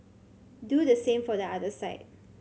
do the same for the other side